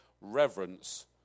reverence